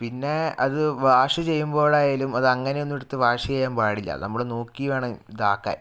പിന്നേ അത് വാഷ് ചെയ്യുമ്പോഴായാലും അത് അങ്ങനെ ഒന്നും എടുത്ത് വാഷ് ചെയ്യാൻ പാടില്ല നമ്മള് നോക്കി വേണം ഇതാക്കാൻ